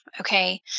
Okay